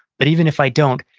but even if i don't,